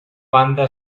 banda